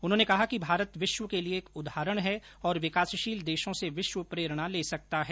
उन्होंने कहा कि भारत विश्व के लिए एक उदाहरण है और विकासशील देशों से विश्व प्रेरणा ले सकता है